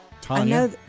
Tanya